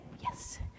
Yes